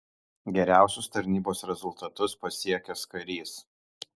geriausius tarnybos rezultatus pasiekęs karys